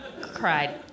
cried